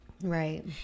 Right